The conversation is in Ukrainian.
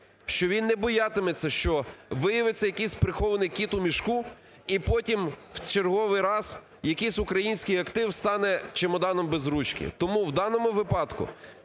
Що він не боятиметься, що виявиться якийсь прихований кіт у мішку і потім в черговий раз якийсь український актив стане чемоданом без ручки. Тому в даному випадку